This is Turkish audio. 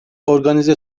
organize